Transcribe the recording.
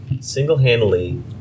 single-handedly